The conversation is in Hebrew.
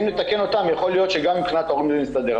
אם נתקן אותן יכול להיות שגם מבחינת ההורים זה מסתדר,